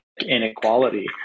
inequality